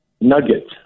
nugget